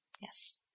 Yes